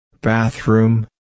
Bathroom